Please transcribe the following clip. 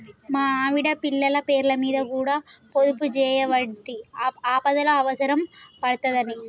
మా ఆవిడ, పిల్లల పేర్లమీద కూడ పొదుపుజేయవడ్తి, ఆపదల అవుసరం పడ్తదని